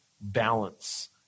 balance